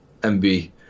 MB